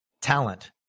talent